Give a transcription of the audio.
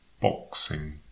...boxing